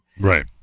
Right